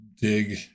dig